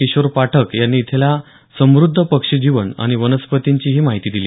किशोर पाठक यांनी इथल्या समुद्ध पक्षीजीवन आणि वनस्पतींचीही माहिती दिली